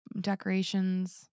Decorations